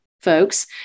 folks